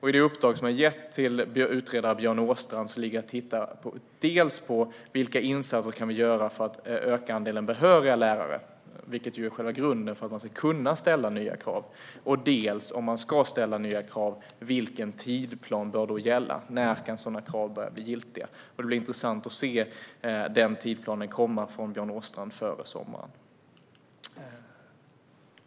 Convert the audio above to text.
I det uppdrag som jag har gett till utredaren Björn Åstrand ligger att titta på dels vilka insatser vi kan göra för att öka andelen behöriga lärare - vilket ju är själva grunden för att kunna ställa nya krav - och dels, om man ska ställa nya krav, vilken tidsplan som bör gälla. När kan sådana krav börja bli giltiga? Det blir intressant att se den tidsplanen, som ska komma från Björn Åstrand före sommaren.